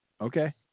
Okay